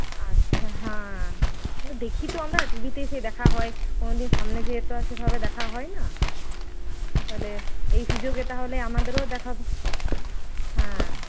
আচ্ছা হ্যাঁ দেখি তো আমরা টিভিতে সেই দেখা হয় কোনোদিন সামনে গিয়ে তো আর সেভাবে দেখা হয় না তাহলে এই সুযোগে তাহলে আমাদেরও দেখা হ্যাঁ